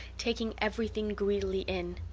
taking everything greedily in.